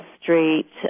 Street